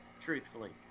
truthfully